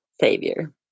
savior